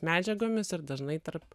medžiagomis ir dažnai tarp